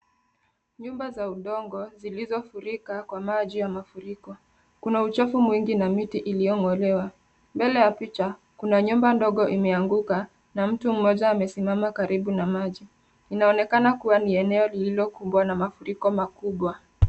Nyumba za udongo zilizofurika kwa maji ya mafuriko. Kuna uchafu mwingi na miti iliyong'olewa. Mbele ya picha kuna nyumba ndogo imeanguka na mtu mmoja amesimama karibu na maji. Inaonekana kuwa ni eneo lililokumbwa na mafuriko makubwa.